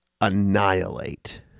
annihilate